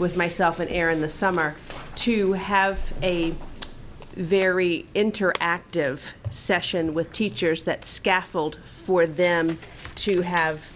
with myself an era in the summer to have a very interactive session with teachers that scaffold for them to have